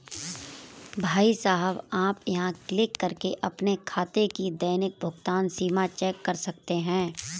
भाई साहब आप यहाँ क्लिक करके अपने खाते की दैनिक भुगतान सीमा चेक कर सकते हैं